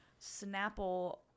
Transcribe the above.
snapple